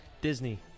Disney